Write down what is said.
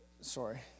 Sorry